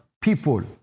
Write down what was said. people